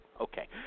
Okay